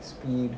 speed